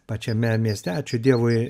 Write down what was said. pačiame mieste ačiū dievui